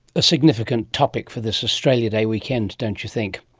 a significant topic for this australia day weekend, don't you think?